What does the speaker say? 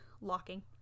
locking